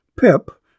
Pip